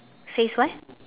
says what